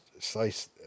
slice